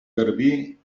garbí